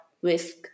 whisk